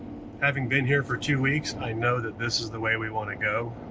having been here for two weeks, i know that this is the way we want to go.